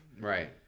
right